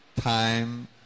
time